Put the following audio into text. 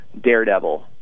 Daredevil